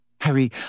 Harry